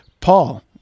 Paul